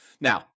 Now